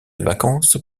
vacances